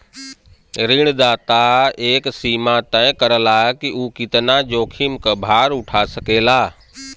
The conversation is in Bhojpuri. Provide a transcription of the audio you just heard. ऋणदाता एक सीमा तय करला कि उ कितना जोखिम क भार उठा सकेला